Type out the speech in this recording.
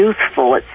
youthful